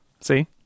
see